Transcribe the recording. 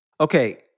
Okay